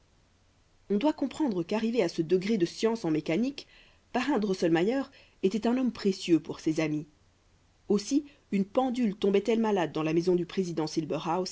on doit comprendre qu'arrivé à ce degré de science en mécanique parrain drosselmayer était un homme précieux pour ses amis aussi une pendule tombait elle malade dans la maison du président